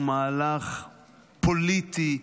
הוא מהלך פוליטי,